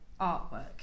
artwork